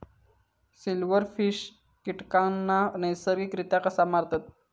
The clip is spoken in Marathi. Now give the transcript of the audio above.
सिल्व्हरफिश कीटकांना नैसर्गिकरित्या कसा मारतत?